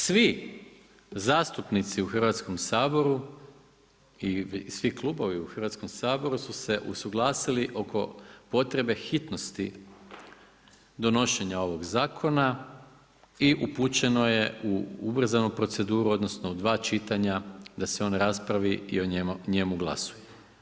Svi zastupnici u Hrvatskom saboru i svi klubovi u Hrvatskom saboru su se usuglasili oko potrebe hitnosti donošenja ovog zakona i upućeno je u ubrzanu proceduru odnosno u dva čitanja da se on raspravi i o njemu glasuje.